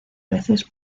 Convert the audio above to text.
veces